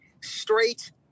straight